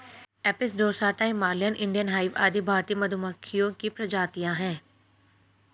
Apis डोरसाता, Himalayan, Indian hive आदि भारतीय मधुमक्खियों की प्रजातियां है